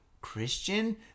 Christian